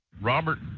Robert